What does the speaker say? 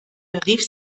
rief